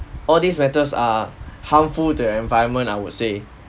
all these matters are harmful to environment I would say